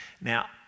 Now